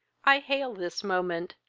i hail this moment,